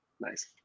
nice